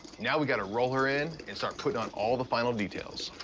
now, we gotta roll her in, and start putting on all the final details.